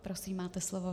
Prosím, máte slovo.